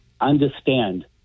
understand